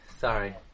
sorry